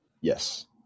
Yes